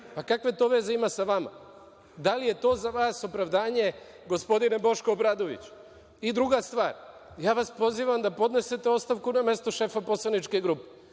Kakve to veze ima sa vama? Da li je to za vas opravdanje, gospodine Boško Obradoviću? Druga stvar, pozivam vas da podnesete ostavku na mestu šefa poslaničke grupe.